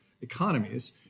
economies